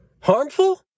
Harmful